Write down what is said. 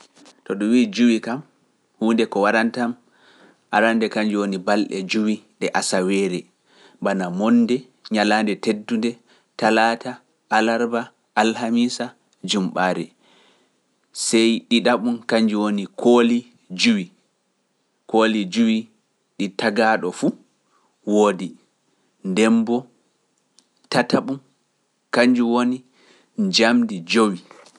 To ɗum wii juwi kam, huunde ko warantam arande kanjum woni balɗe juwi ɗe asaweeri, bana monnde ñalaande teddunde, talaata, alarba, alhamisa, jumɓaari, sey ɗiɗaɓum kanjum woni kooli juwi, kooli juwi ɗi tagaaɗo fu, woodi, ndemboo, tataɓum, kanjum woni njamdi jowi.